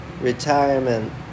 retirement